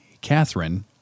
Catherine